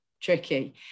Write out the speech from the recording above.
tricky